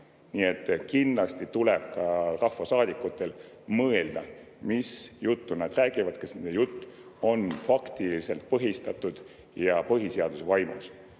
Nii et kindlasti tuleb ka rahvasaadikutel mõelda, mis juttu nad räägivad, kas nende jutt on faktidega põhistatud ja põhiseaduse vaimus.